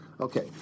Okay